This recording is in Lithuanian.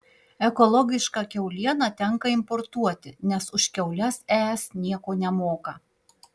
ekologišką kiaulieną tenka importuoti nes už kiaules es nieko nemoka